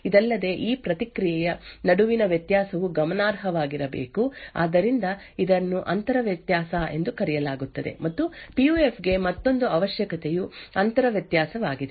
ಇದಲ್ಲದೆ ಈ ಪ್ರತಿಕ್ರಿಯೆಯ ನಡುವಿನ ವ್ಯತ್ಯಾಸವು ಗಮನಾರ್ಹವಾಗಿರಬೇಕು ಆದ್ದರಿಂದ ಇದನ್ನು ಅಂತರ ವ್ಯತ್ಯಾಸ ಎಂದು ಕರೆಯಲಾಗುತ್ತದೆ ಮತ್ತು ಪಿ ಯು ಎಫ್ ಗೆ ಮತ್ತೊಂದು ಅವಶ್ಯಕತೆಯು ಅಂತರ ವ್ಯತ್ಯಾಸವಾಗಿದೆ